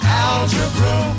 algebra